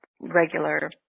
regular